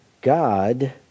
God